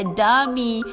dummy